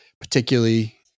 particularly